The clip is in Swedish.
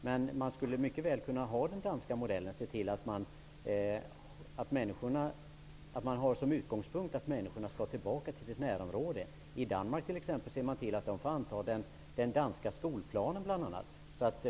Men man skulle kunna följa den danska modellen, dvs. ha som utgångspunkt att människorna skall tillbaka till sitt närområde. I Danmark ser man till att man följer den danska skolplanen.